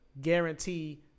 guarantee